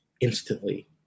instantly